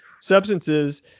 substances